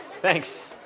Thanks